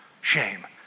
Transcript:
shame